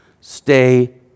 Stay